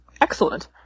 excellent